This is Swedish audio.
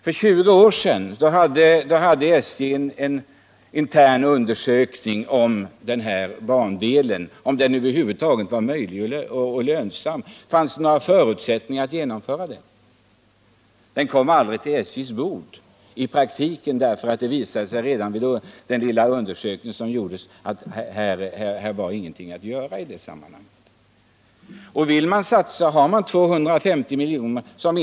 För 20 år sedan hade SJ en intern undersökning om denna bandel för att se om den över huvud taget var möjlig och lönsam och om det fanns några förutsättningar att bygga den. Något praktiskt förslag kom aldrig på SJ:s bord. Det visade sig redan vid den lilla undersökning som gjordes att här inte var någonting att göra. Här har man 250 milj.kr.